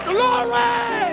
Glory